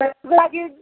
है बौआ गिर